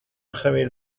خمیر